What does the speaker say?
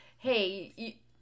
Hey